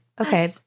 okay